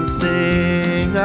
sing